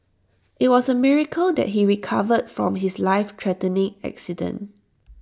IT was A miracle that he recovered from his lifethreatening accident